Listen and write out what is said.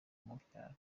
umubyara